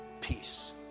peace